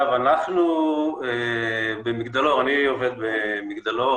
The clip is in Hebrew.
אני עובד במגדלאור,